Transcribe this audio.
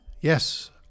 Yes